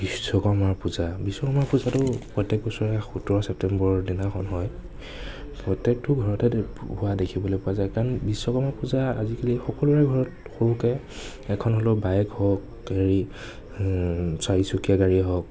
বিশ্বকৰ্মা পূজা বিশ্বকৰ্মা পূজাটো প্ৰত্য়েক বছৰে সোতৰ চেপ্টেম্বৰৰ দিনাখন হয় প্ৰত্য়েকটো ঘৰতে হোৱা দেখিবলৈ পোৱা যায় কাৰণ বিশ্বকৰ্মা পূজা আজিকালি সকলোৰে ঘৰত সৰুকৈ এখন হ'লেও বাইক হওক হেৰি চাৰিচকীয়া গাড়ীয়ে হওক